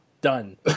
Done